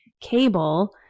cable